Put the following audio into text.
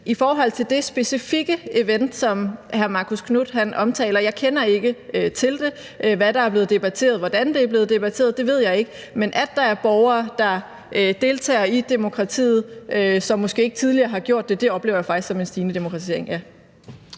I forhold til det specifikke event, som hr. Marcus Knuth omtaler, så kender jeg ikke til det. Hvad der er blevet debatteret, og hvordan det er blevet debatteret, ved jeg ikke, men at der er borgere, der deltager i demokratiet, og som måske ikke tidligere har gjort det, oplever jeg faktisk som en stigende demokratisering,